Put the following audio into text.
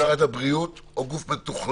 גוף של משרד הבריאות או גוף מתוכלל?